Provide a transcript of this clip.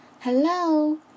Hello